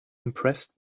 impressed